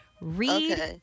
Read